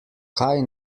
kaj